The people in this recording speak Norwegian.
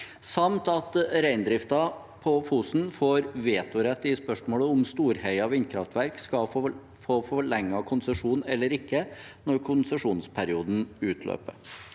samt at reindriften på Fosen får vetorett i spørsmålet om Storheia vindkraftverk skal få forlenget konsesjon eller ikke når konsesjonsperioden utløper.